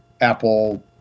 Apple